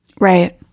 Right